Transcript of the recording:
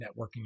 networking